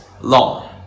long